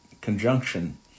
conjunction